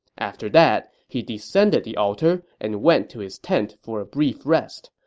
after that, he descended the altar and went to his tent for a brief rest,